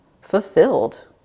fulfilled